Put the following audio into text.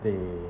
they